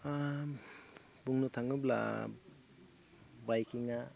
बुंनो थाङोब्ला बाइकिङा